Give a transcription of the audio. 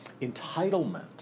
entitlement